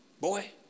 Boy